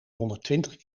honderdtwintig